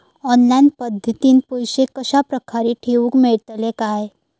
Online पद्धतीन पैसे कश्या प्रकारे ठेऊक मेळतले काय?